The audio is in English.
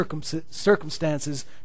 circumstances